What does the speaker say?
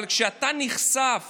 אבל כשאתה נחשף